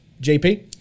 JP